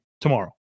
tomorrow